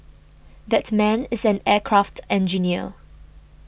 that man is an aircraft engineer